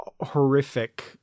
horrific